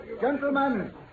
gentlemen